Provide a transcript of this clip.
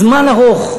זמן רב,